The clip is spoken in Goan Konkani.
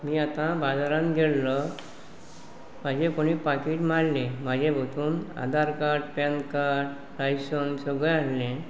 मी आतां बाजारान गेल्लो म्हाजें कोणी पाकीट मारलें म्हाजें भितूर Aadhaar card PAN card licence सगळें आसलें